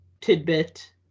tidbit